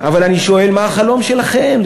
אני שואל: מה החלום שלכם?